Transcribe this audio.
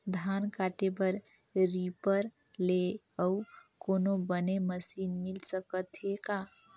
धान काटे बर रीपर ले अउ कोनो बने मशीन मिल सकथे का?